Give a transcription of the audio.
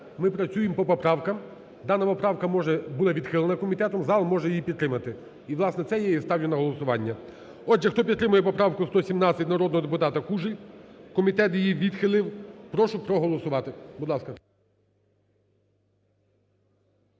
ми працюємо по поправках. Дана поправка була відхилена комітетом, зал може її підтримати. І, власне, це я і ставлю на голосування. Отже, хто підтримує поправку 117, народного депутата Кужель, комітет її відхилив, прошу проголосувати. Будь ласка.